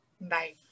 Bye